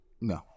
no